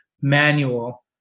manual